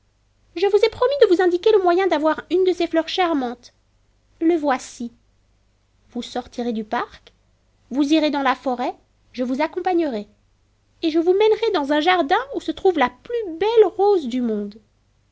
je vous ai promis de vous indiquer le moyen d'avoir une de ces fleurs charmantes le voici vous sortirez du parc vous irez dans la forêt je vous accompagnerai et je vous mènerai dans un jardin où se trouve la plus belle rose du monde